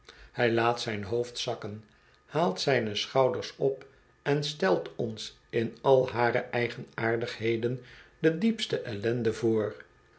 hy laat zijn hoofd zakken haalt zijne schouders op en stelt ons in al hare eigenaardigheden de diepste ellende voor